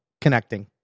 connecting